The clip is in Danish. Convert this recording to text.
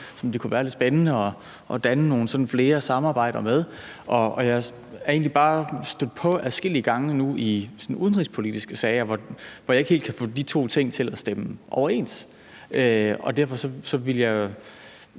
som det kunne være lidt spændende at have nogle flere samarbejder med. Jeg er egentlig bare stødt på adskillige eksempler i udenrigspolitiske sager, hvor jeg ikke helt kan få de to ting til at stemme overens. Derfor vil jeg